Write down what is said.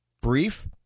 brief